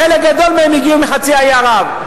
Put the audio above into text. חלק גדול מהם הגיעו מחצי האי ערב,